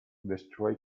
destroy